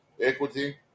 equity